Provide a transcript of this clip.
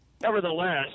Nevertheless